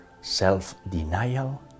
self-denial